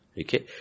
Okay